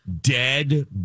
dead